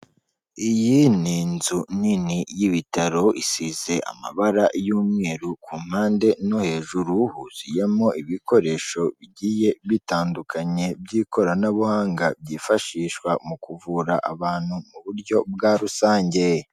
Iyi ni inzu nini y'ibitaro, isize amabara y'umweru ku mpande no hejuru, huzuyemo ibikoresho bigiye bitandukanye by'ikoranabuhanga byifashishwa mu kuvura abantu mu buryo bwa rusange.